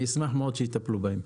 אני אשמח מאוד שיטפלו בהן.